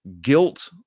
guilt